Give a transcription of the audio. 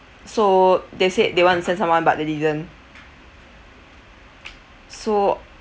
so they said they want to send someone but they didn't so